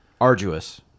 Arduous